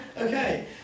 Okay